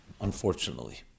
unfortunately